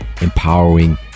empowering